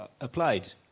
applied